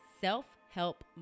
Self-Help